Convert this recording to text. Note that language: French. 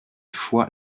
fois